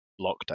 lockdown